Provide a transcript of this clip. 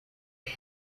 iyi